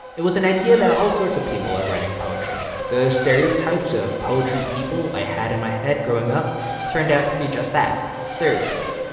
it was an idea that all sorts of people are writing poetry. the stereotypes of poetry people i had in my head growing up turned out to be just that stereotypes.